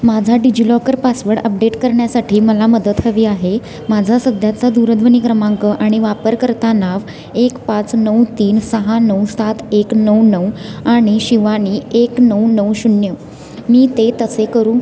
माझा DigiLocker password update करण्यासाठी मला मदत हवी आहे माझा सध्याचा दूरध्वनी क्रमांक आणि वापरकर्ता नाव एक पाच नऊ तीन सहा नऊ सात एक नऊ नऊ आणि शिवानी एक नऊ नऊ शून्य मी ते तसे करू